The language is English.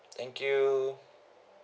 thank you